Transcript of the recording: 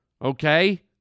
Okay